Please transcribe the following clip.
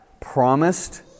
promised